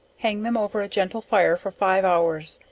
hang them over a gentle fire for five hours,